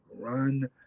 Run